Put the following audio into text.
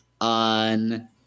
on